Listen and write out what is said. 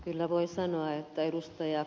kyllä voi sanoa että ed